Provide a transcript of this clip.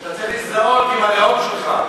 אתה צריך להזדהות עם הלאום שלך.